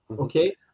okay